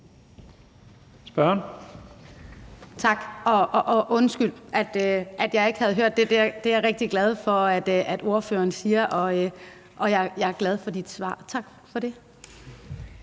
Eriksen (M): Tak. Og undskyld, at jeg ikke havde hørt det. Det er jeg rigtig glad for at ordføreren siger, og jeg er glad for svaret. Tak for det.